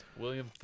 William